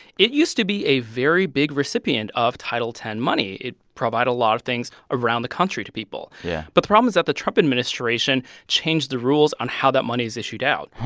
it used to be a very big recipient of title x money. it provided a lot of things around the country to people yeah but the problem is that the trump administration changed the rules on how that money is issued out.